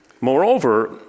Moreover